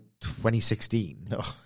2016